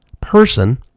person